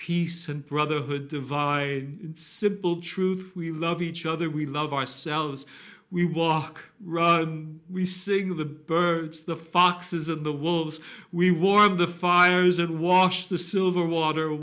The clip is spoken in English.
peace and brotherhood divide the simple truth we love each other we love ourselves we walk rug we sing of the birds the foxes of the wolves we warn of the fires and wash the silver water